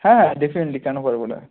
হ্যাঁ ডেফিনেটলি কেন পারব না